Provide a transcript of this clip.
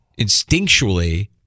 instinctually